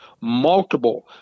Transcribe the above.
multiple